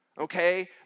okay